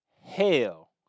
Hell